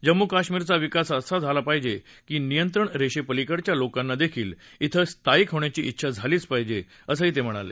जम्मू काश्मीरचा विकास असा झाला पाहिजे की नियंत्रण रेषेपलीकडच्या लोकांनादेखील इथं स्थायिक होण्याची इच्छा झाली पाहिजे असंही ते म्हणाले